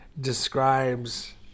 describes